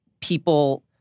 people—